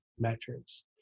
metrics